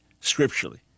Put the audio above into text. scripturally